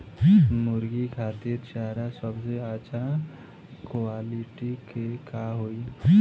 मुर्गी खातिर चारा सबसे अच्छा क्वालिटी के का होई?